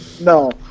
no